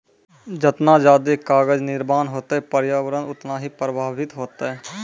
जतना जादे कागज निर्माण होतै प्रर्यावरण उतना ही प्रभाबित होतै